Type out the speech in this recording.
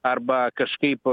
arba kažkaip